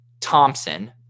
Thompson